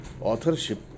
authorship